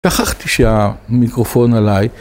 שכחתי שהמיקרופון עליי.